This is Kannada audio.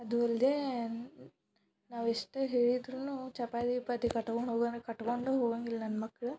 ಅದೂ ಅಲ್ಲದೆ ನಾವೆಷ್ಟೇ ಹೇಳಿದ್ರೂ ಚಪಾತಿ ಗಿಪಾತಿ ಕಟ್ಕೊಂಡು ಹೋಗು ಅಂದರೆ ಕಟ್ಟಿಕೊಂಡು ಹೋಗಂಗಿಲ್ಲ ನನ್ನ ಮಕ್ಕಳು